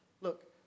Look